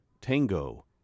Tango